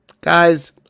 Guys